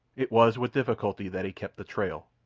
it was with difficulty that he kept the trail,